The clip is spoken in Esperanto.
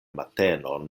matenon